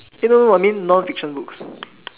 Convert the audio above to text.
eh no no I mean non fiction books